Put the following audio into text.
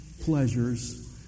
pleasures